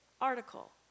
article